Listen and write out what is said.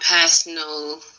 personal